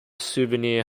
souvenir